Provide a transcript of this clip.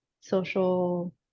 social